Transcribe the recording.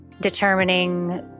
determining